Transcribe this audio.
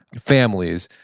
families,